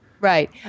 right